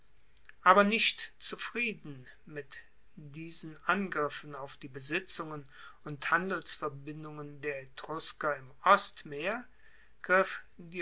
aber nicht zufrieden mit diesen angriffen auf die besitzungen und handelsverbindungen der etrusker im ostmeer